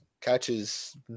catches